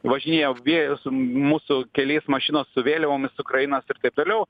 važinėjam vien su mūsų keliais mašinos su vėliavomis ukrainos ir taip toliau